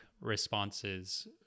responses